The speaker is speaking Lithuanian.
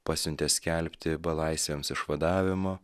pasiuntė skelbti belaisviams išvadavimo